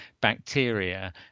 bacteria